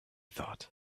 thought